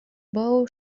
bow